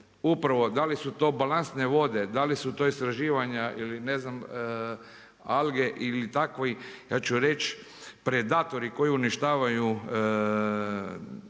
upravo, da li su to balastne vode, da li su to istraživanja ili ne znam alge ili takvi predatori koji uništavaju